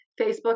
Facebook